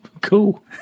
cool